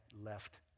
left